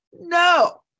No